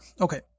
Okay